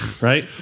right